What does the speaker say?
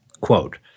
Quote